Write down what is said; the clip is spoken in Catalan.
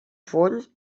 fons